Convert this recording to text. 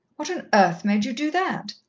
what on earth made you do that?